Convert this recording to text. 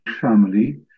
family